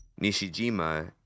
Nishijima